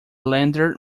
lender